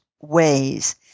ways